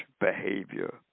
behavior